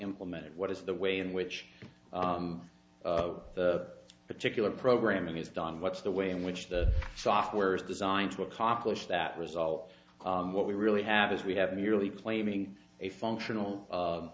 implemented what is the way in which the particular programming is done what's the way in which the software is designed to accomplish that result what we really have is we have merely playing a functional